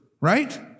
right